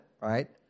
right